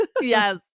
yes